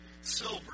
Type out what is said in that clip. silver